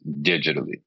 digitally